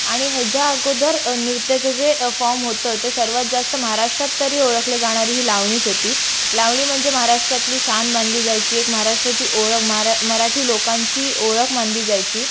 आणि ह्याच्या अगोदर नृत्याचं जे फॉम होतं ते सर्वात जास्त महाराष्ट्रात तरी ओळखलं जाणारी ही लावणीच होती लावणी म्हणजे महाराष्ट्रातली शान मानली जायची एक महाराष्ट्राची ओळख महारा मराठी लोकांची ओळख मानली जायची